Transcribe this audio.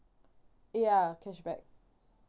ya cashback